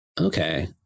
Okay